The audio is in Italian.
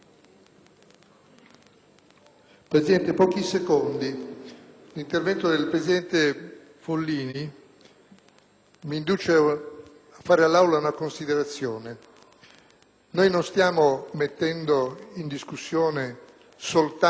Presidente, l'intervento del presidente Follini mi induce a fare all'Aula una considerazione. Non stiamo mettendo in discussione soltanto